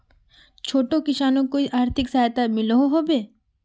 छोटो किसानोक कोई आर्थिक सहायता मिलोहो होबे?